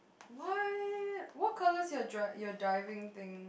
what what colour is your dri~ your diving thing